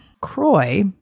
Croy